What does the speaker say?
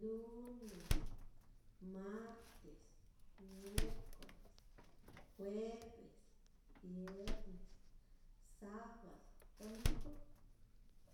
Lunes, martes, miercoles, jueves, viernes, sabado, domingu.